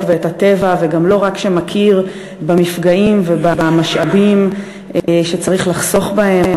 ואת הטבע וגם לא רק מכיר במפגעים ובמשאבים שצריך לחסוך בהם,